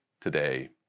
today